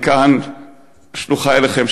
מכאן שלוחה אליכם,